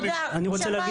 תודה, שמעתי.